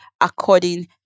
according